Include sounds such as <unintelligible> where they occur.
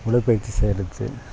உடற்பயிற்சி செய்கிற <unintelligible>